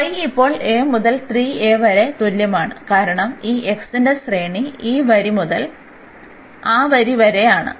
അതിനാൽ y ഇപ്പോൾ a മുതൽ 3a വരെ തുല്യമാണ് കാരണം ഈ x ന്റെ ശ്രേണി ഈ വരി മുതൽ ആ വരി വരെയാണ്